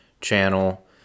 channel